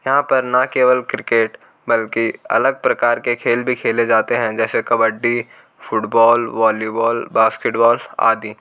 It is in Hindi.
यहाँ पर ना केवल क्रिकेट बल्कि अलग प्रकार के खेल भी खेले जाते हैं जैसे कबड्डी फुटबॉल वॉलीबॉल बास्केटबॉल आदि